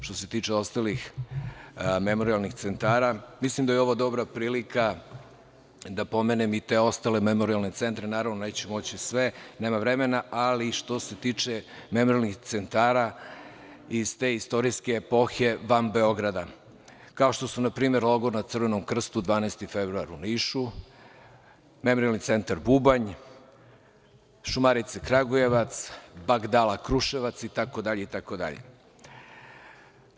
Što se tiče ostalih memorijalnih centara mislim da je ovo dobra prilika da pomenem i te ostale memorijalne centre, naravno neću moći sve, nema vremena, ali što se tiče memorijalnih centara iz te istorijske epohe van Beograda, kao što su, na primer: Logor na Crvenom Krstu "12. februar", u Nišu Memorijalni centar "Bubanj", "Šumarice" Kragujevac, "Bagdala" Kruševac i tako dalje.